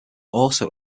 also